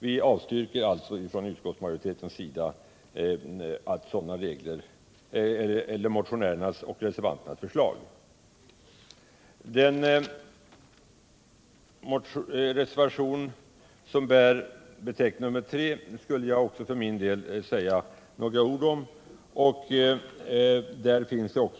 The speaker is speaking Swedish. Vi avstyrker alltså från utskottsmajoritetens sida motionärernas och reservanternas förslag. Jag skall sedan säga några ord om reservationen 3.